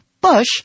Bush